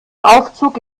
aufzug